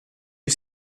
you